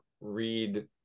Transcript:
read